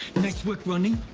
nice work, ronny.